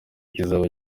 kizaba